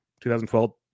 2012